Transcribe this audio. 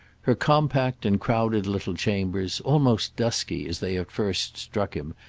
her compact and crowded little chambers, almost dusky, as they at first struck him,